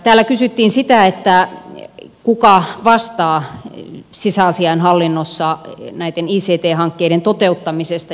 täällä kysyttiin sitä kuka vastaa sisäasiainhallinnossa näiden ict hankkeiden toteuttamisesta